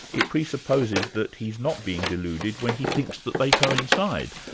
it presupposes that he's not being deluded when he thinks that they coincide.